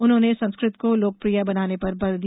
उन्होंने संस्कृत को लोकप्रिय बनाने पर बल दिया